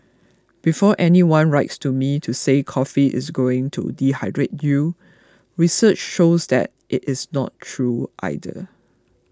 before anyone writes to me to say coffee is going to dehydrate you research shows that it is not true either